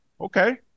Okay